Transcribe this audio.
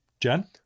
Jen